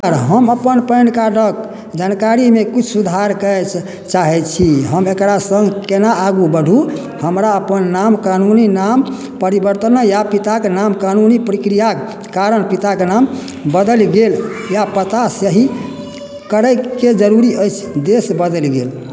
हम अपन पैनकार्डक जानकारीमे किछु सुधार कय चाहैत छी हम एकरा सङ्ग केना आगू बढ़ू हमरा अपन नाम कानूनी नाम परिवर्तन आ पिताक नाम कानूनी प्रक्रिआक कारण पिताक नाम बदलि गेल या पता सही करैके जरुरी अछि देश बदलि गेल